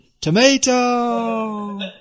Tomato